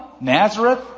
Nazareth